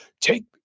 take